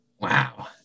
Wow